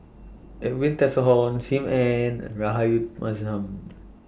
Edwin Tessensohn SIM Ann and Rahayu Mahzam